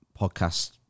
podcast